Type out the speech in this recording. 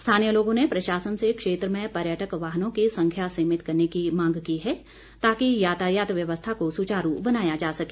स्थानीय लोगों ने प्रशासन से क्षेत्र में पर्यटक वाहनों की संख्या सीमित करने की मांग की है ताकि यातायात व्यवस्था को सुचारू बनाया जा सके